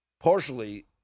partially